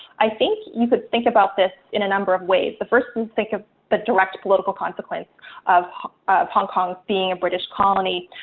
i think you could think about this in a number of ways. the first and think of the but direct political consequence of hong kong being a british colony.